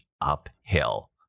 uphill